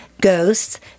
ghosts